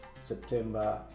September